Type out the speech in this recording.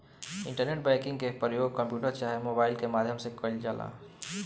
internet banking के परयोग computer चाहे मोबाइल के माध्यम से कईल जाला